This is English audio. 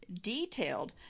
detailed